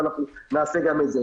ואנחנו נעשה את זה.